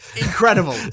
Incredible